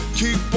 keep